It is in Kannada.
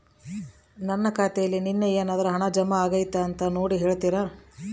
ನನ್ನ ಖಾತೆಯಲ್ಲಿ ನಿನ್ನೆ ಏನಾದರೂ ಹಣ ಜಮಾ ಆಗೈತಾ ಅಂತ ನೋಡಿ ಹೇಳ್ತೇರಾ?